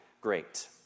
great